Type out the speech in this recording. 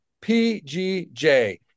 PGJ